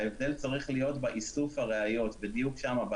ההבדל צריך להיות באיסוף הראיות, בדיוק שם.